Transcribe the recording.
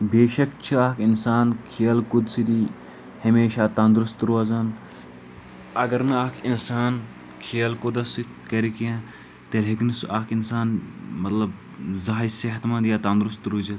بیشک چھِ اَکھ اِنسان کھیل کوٗد سۭتی ہمیشہ تنٛدرُست روزان اَگر نہٕ اَکھ اِنسان کھیل کوٗدَس سۭتۍ کَرِ کینٛہہ تیٚلِہ ہیٚکہِ نہٕ سُہ اَکھ اِنسان مطلب زانٛہہ صحت منٛد یا تنٛدرُست روٗزِتھ